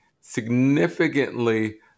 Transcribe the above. significantly